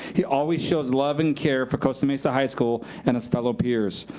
he always shows love and care for costa mesa high school and his fellow peers.